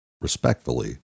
Respectfully